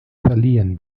verliehen